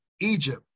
Egypt